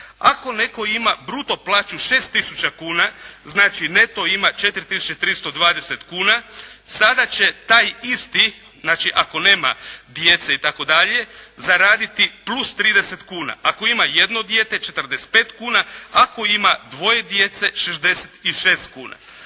Ako netko ima bruto plaću 6 tisuća kuna, znači neto ima 4 tisuće 320 kuna, sada će taj isti, znači ako nema djece itd. zaraditi plus 30 kuna, ako ima jedno dijete, 45 kuna, ako ima dvoje djece 66 kuna,